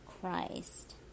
Christ